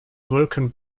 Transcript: vulcan